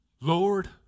Lord